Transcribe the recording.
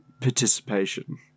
participation